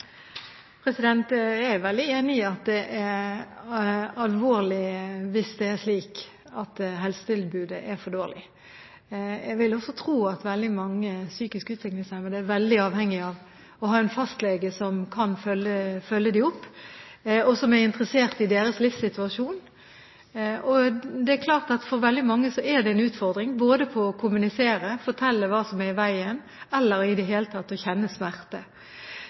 Jeg er veldig enig i at det er alvorlig hvis det er slik at helsetilbudet er for dårlig. Jeg vil også tro at veldig mange psykisk utviklingshemmede er veldig avhengige av å ha en fastlege som kan følge dem opp, og som er interessert i deres livssituasjon. For veldig mange er det en utfordring å kommunisere, fortelle hva som er i veien, eller i det hele tatt å kjenne smerte,